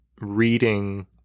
reading